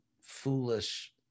foolish